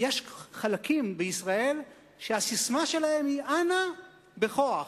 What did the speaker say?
יש חלקים בישראל שהססמה שלהם היא: אנא בכוח,